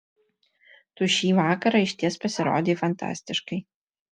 tu šį vakarą išties pasirodei fantastiškai